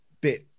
bit